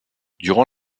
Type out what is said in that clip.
durant